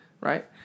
Right